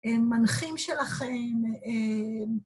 ‫מנחים שלכם.